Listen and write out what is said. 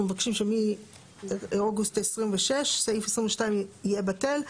אנחנו מבקשים שמאוגוסט 26 סעיף 22 יהיה בטל,